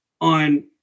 on